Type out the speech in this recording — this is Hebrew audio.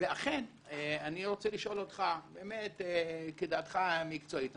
אכן אני רוצה לשאול אותך, באמת כדעתך המקצועית.